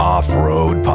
Off-Road